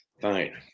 fine